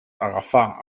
agafà